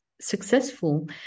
successful